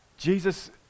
Jesus